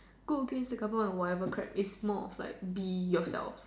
go against the government or whatever crap it's more of like being yourself